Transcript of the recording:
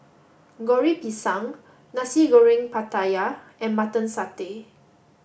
Goreng Pisang Nasi Goreng Pattaya and Mutton Satay